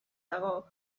dago